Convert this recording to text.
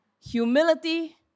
Humility